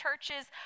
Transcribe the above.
churches